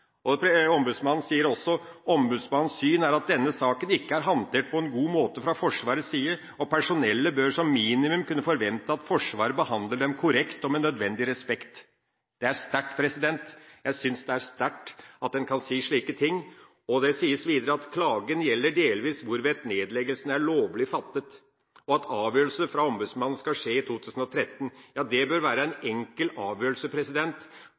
slike ting. Ombudsmannen sier også at «etter ombudsmannens syn er denne saken ikke er håndtert på noen god måte fra Forsvarets side og personellet bør som minimum kunne forvente at Forsvaret behandler dem korrekt og med nødvendig respekt». Jeg syns det er sterkt at en kan si slike ting. Det sies videre at «klagen gjelder dels hvorvidt nedleggelsen er lovlig fattet», og at avgjørelsen til ombudsmannen skal skje i 2013. Ja, det bør være en enkel avgjørelse,